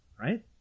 right